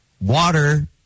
water